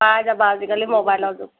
পাই যাবা আজিকালি ম'বাইলৰ যুগ